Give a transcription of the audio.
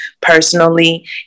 personally